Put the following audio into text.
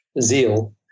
zeal